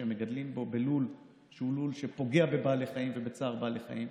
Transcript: הם מגדלים בלול שפוגע בבעלי חיים ובצער בעלי חיים,